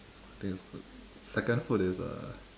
so I think it's good second food is uh